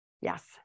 Yes